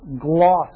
gloss